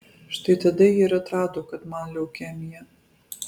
štai tada jie ir atrado kad man leukemija